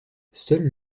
seul